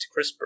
CRISPR